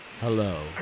Hello